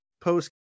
post